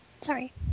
sorry